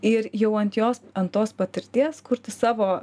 ir jau ant jos ant tos patirties kurti savo